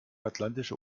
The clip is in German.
atlantische